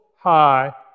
high